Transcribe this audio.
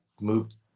moved